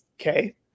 Okay